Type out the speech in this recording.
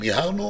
מיהרנו.